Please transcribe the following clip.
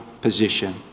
position